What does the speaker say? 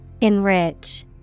Enrich